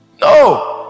no